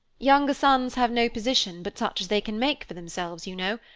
younger sons have no position but such as they can make for themselves, you know,